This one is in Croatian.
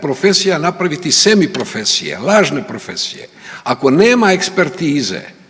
profesija napraviti semi profesije, lažne profesije. Ako nema ekspertize